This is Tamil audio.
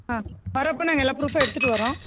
ஆ வரப்போ நாங்கள் எல்லா ப்ரூஃப்பும் எடுத்துகிட்டு வரோம்